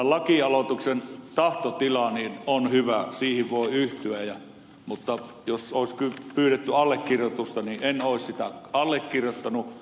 tämän lakialoitteen tahtotila on hyvä siihen voi yhtyä mutta jos olisi pyydetty allekirjoitusta niin en olisi sitä allekirjoittanut